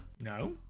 No